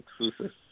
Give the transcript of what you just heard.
exclusive